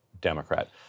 Democrat